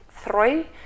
three